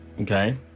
Okay